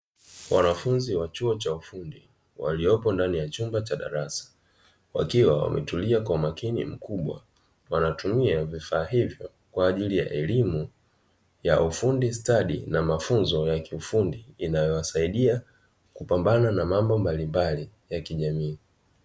Wanafunzi wa chuo cha ufundi waliopo ndani ya chumba cha darasa, wakiwa wametulia kwa umakini mkubwa wanatumia vifaa hivyo kwa ajili ya elimu ya ufundi stadi na mafunzo ya kiufundi inayowasaidia kupambana na mambo mbalimbali ya kijamii.